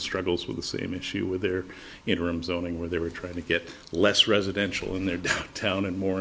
struggles with the same issue with their interim zoning where they were trying to get less residential in their town and more